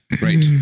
Right